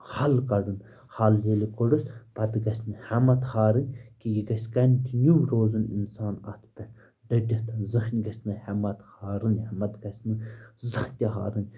حل کَڑُن حل ییٚلہِ کوٚڑُس پَتہٕ گژھِ نہٕ ہٮ۪مت ہارٕنۍ کہِ یہِ گژھِ کَنٹِنیوٗ روزُن اِنسان اَتھ پٮ۪ٹھ ڈٔٹِتھ زٕہنۍ گژھِ نہٕ ہٮ۪متھ ہارٕنۍ ہٮ۪متھ گژھِ نہٕ زانٛہہ تہِ ہارٕنۍ